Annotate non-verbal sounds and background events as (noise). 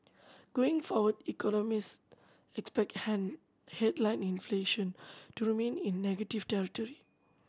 going forward economists expect (unintelligible) headline inflation to remain in negative territory